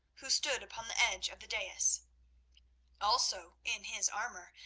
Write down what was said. who stood upon the edge of the dais, also in his armour,